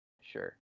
Sure